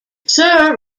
sir